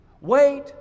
wait